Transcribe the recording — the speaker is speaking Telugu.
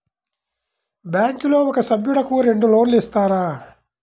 బ్యాంకులో ఒక సభ్యుడకు రెండు లోన్లు ఇస్తారా?